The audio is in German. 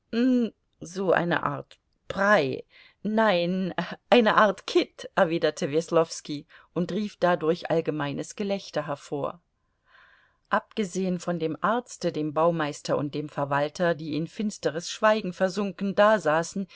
so eine art brei nein eine art kitt erwiderte weslowski und rief dadurch allgemeines gelächter hervor abgesehen von dem arzte dem baumeister und dem verwalter die in finsteres schweigen versunken dasaßen